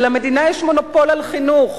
ולמדינה יש מונופול על חינוך.